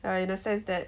err in a sense that